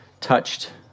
touched